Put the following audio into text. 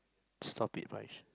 stop it Parish